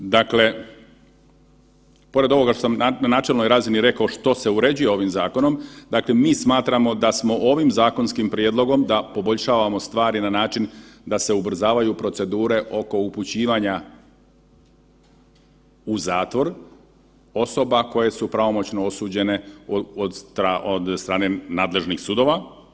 Dakle, pored ovoga što sam na načelnoj razini rekao što se uređuje ovim zakonom, dakle mi smatramo da smo ovim zakonskim prijedlogom da poboljšavamo stvari na način da se ubrzavaju procedure oko upućivanja u zatvor osoba koje su pravomoćno osuđene od strane nadležnih sudova.